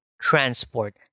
transport